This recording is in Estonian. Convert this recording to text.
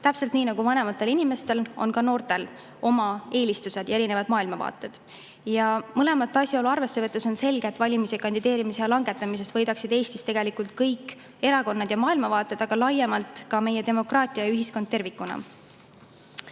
Täpselt nagu vanematel inimestel on ka noortel oma eelistused ja erinevad maailmavaated. Mõlemat asjaolu arvesse võttes on selge, et valimis- ja kandideerimisea langetamisest võidaksid Eestis tegelikult kõik erakonnad ja maailmavaated, aga laiemalt ka meie demokraatia ja ühiskond tervikuna.